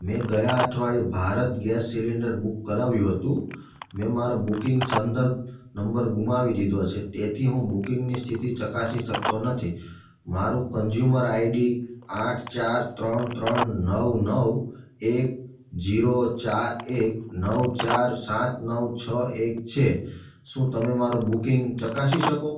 મેં ગયા અઠવાડીયે ભારત ગેસ સિલિન્ડર બુક કરાવ્યું હતું મેં મારો બુકિંગ સંદર્ભ નંબર ગુમાવી દીધો છે તેથી હું બુકિંગની સ્થિતિ ચકાસી શકતો નથી મારું કન્ઝ્યુમર આઈડી આઠ ચાર ત્રણ ત્રણ નવ નવ એક જીરો એક ચાર એક નવ ચાર સાત નવ છ એક છે શું તમે મારું બુકિંગ ચકાસી શકો